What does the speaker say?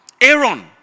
Aaron